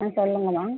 ஆ சொல்லுங்கள் மா